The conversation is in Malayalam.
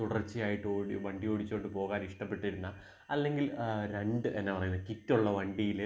തുടർച്ചയായിട്ട് ഓടി വണ്ടി ഓടിച്ചുകൊണ്ടുപോകാൻ ഇഷ്ടപ്പെട്ടിരുന്ന അല്ലെങ്കിൽ രണ്ട് ഇനം ആണ് കിറ്റുള്ള വണ്ടിയില്